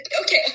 Okay